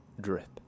drip